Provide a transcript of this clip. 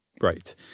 Right